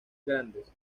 grandes